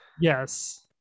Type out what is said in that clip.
Yes